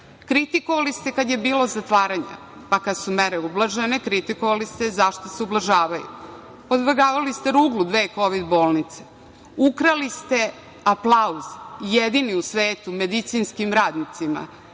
Kritikovali ste kada je bilo zatvaranje, pa kada su mere ublažene kritikovali ste zašto se ublažavaju. Podvrgavali ste ruglu dve kovid bolnice, ukrali ste aplauz jedini u svetu medicinskim radnicima